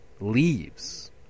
leaves